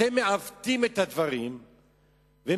אתם מעוותים את הדברים ומנגחים,